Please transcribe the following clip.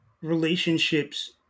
relationships